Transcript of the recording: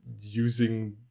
using